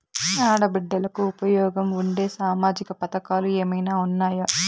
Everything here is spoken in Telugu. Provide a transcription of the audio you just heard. ఆడ బిడ్డలకు ఉపయోగం ఉండే సామాజిక పథకాలు ఏమైనా ఉన్నాయా?